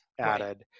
added